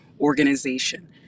Organization